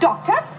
Doctor